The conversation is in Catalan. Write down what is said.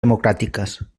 democràtiques